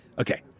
Okay